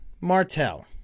Martell